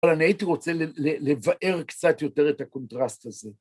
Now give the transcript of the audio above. אבל אני הייתי רוצה לבאר קצת יותר את הקונטרסט הזה.